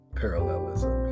parallelism